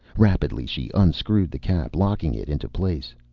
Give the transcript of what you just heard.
rapidly, she unscrewed the cap, locking it into place.